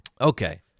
Okay